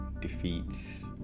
defeats